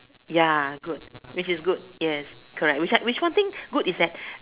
ya good which is good yes correct which I which one thing good is that